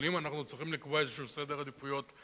אבל אם אנחנו צריכים לקבוע איזשהו סדר עדיפויות,